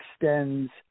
extends